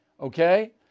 okay